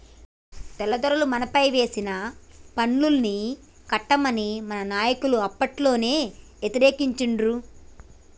తెల్లదొరలు మనపైన వేసిన పన్నుల్ని కట్టమని మన నాయకులు అప్పట్లోనే యతిరేకించిండ్రు